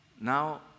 Now